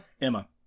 Emma